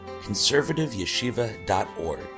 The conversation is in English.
conservativeyeshiva.org